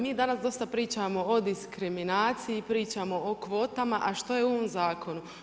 Mi danas dosta pričamo o diskriminaciji, pričamo o kvotama, a što je u ovom zakonu?